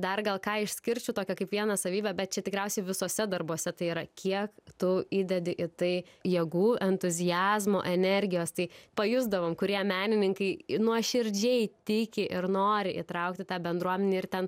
dar gal ką išskirčiau tokio kaip vieną savybę bet čia tikriausiai visuose darbuose tai yra kiek tu įdedi į tai jėgų entuziazmo energijos tai pajusdavom kurie menininkai nuoširdžiai tiki ir nori įtraukti tą bendruomenę ir ten